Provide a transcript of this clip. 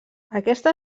aquesta